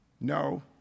No